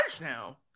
now